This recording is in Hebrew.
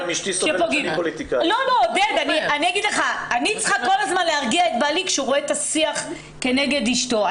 אני צריכה כל הזמן להרגיע את בעלי כשהוא רואה את השיח כנגד אשתו.